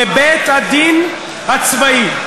בבית-הדין הצבאי.